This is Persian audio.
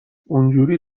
اونجوری